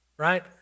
Right